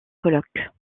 colloques